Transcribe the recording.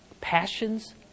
passions